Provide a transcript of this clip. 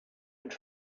has